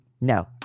No